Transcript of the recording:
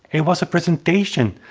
it was a presentation,